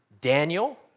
Daniel